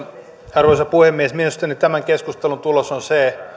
arvoisa puhemies mielestäni tämän keskustelun tulos on se